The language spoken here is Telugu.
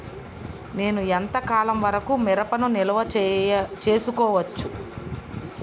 నేను ఎంత కాలం వరకు మిరపను నిల్వ చేసుకోవచ్చు?